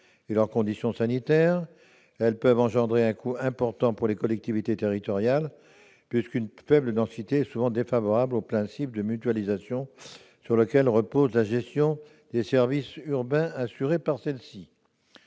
de leurs conditions sanitaires. Elles peuvent aussi engendrer un coût important pour les collectivités territoriales, puisqu'une faible densité est souvent défavorable au principe de mutualisation sur lequel repose la gestion des services urbains qu'elles